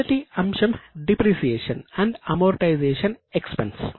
మొదటి అంశం depreciation and amortization expense